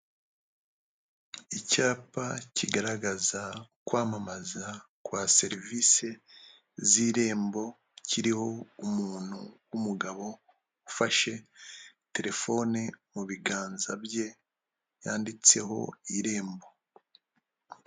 Icyapa kigaragaza kwamamaza kwa serivisi z'irembo kiriho umuntu w'umugabo ufashe terefone mu biganza bye yanditseho irembo.